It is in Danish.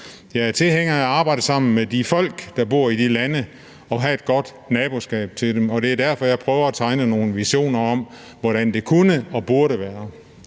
Jeg er tilhænger af at arbejde sammen med de folk, der bor i de lande, og have et godt naboskab med dem. Det er derfor, jeg prøver at tegne nogle visioner om, hvordan det kunne og burde være.